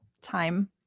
time